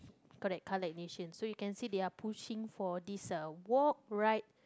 correct car lite nation so you can see they are pushing for this uh walk ride